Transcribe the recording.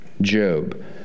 Job